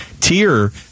tier